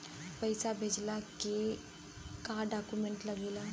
पैसा भेजला के का डॉक्यूमेंट लागेला?